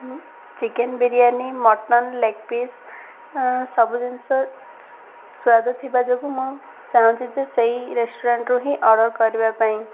chicken biryani mutton leg piece ସବୁ ଜିନିଷ ସ୍ୱାଦ ଥିବା ଯୋଗୁଁ ମୁଁ ଚାହୁଁଛି ଯେ ସେହି ରେଷ୍ଟୁରାଣ୍ଟ୍ରୁ ହିଁ ଅର୍ଡ଼ର୍ କରିବା ପାଇଁ